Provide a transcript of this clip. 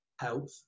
health